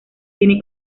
tiene